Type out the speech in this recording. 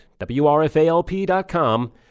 WRFALP.com